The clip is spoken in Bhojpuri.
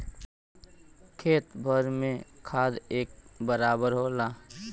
खेत भर में खाद एक बराबर होला